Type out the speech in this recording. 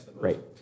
Right